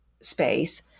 space